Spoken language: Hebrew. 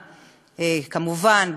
כמובן,